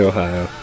Ohio